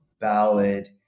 ballad